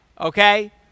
okay